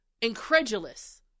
incredulous